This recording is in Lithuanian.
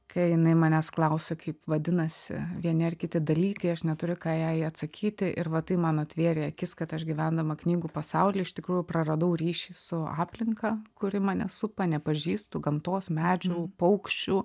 kai jinai manęs klausia kaip vadinasi vieni ar kiti dalykai aš neturiu ką jai atsakyti ir tai man atvėrė akis kad aš gyvendama knygų pasauly iš tikrųjų praradau ryšį su aplinka kuri mane supa nepažįstu gamtos medžių paukščių